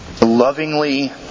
Lovingly